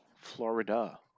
Florida